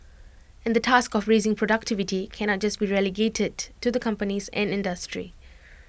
and the task of raising productivity cannot just be relegated to the companies and industry